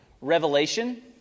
revelation